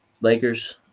Lakers